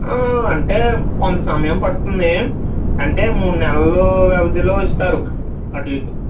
అంటే కొంత సమయం పడుతుంది అంటే మూడు నెలలు వ్యవధిలో ఇస్తారు అటు ఇటు